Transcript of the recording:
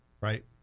right